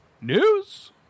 news